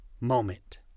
moment